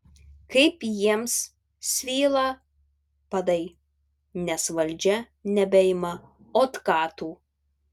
kaip jiems svyla padai nes valdžia nebeima otkatų